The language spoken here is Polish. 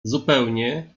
zupełnie